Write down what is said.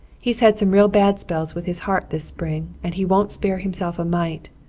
he's had some real bad spells with his heart this spring and he won't spare himself a mite.